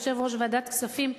יושב-ראש ועדת הכספים,